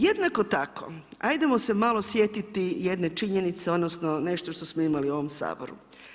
Jednako tako hajdemo se malo sjetiti jedne činjenice odnosno nešto što smo imali u ovom Saboru.